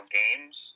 games